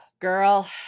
girl